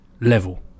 level